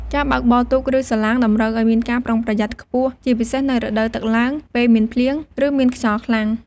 ការបើកបរទូក ឬសាឡាងតម្រូវឲ្យមានការប្រុងប្រយ័ត្នខ្ពស់ ជាពិសេសនៅរដូវទឹកឡើង ពេលមានភ្លៀង ឬមានខ្យល់ខ្លាំង។